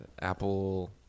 apple